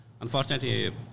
Unfortunately